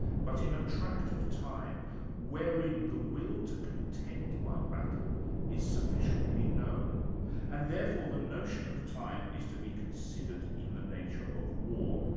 but in a tract of time wherein the will to contend by battle is sufficiently known and therefore the notion of time is to be considered in the nature of war,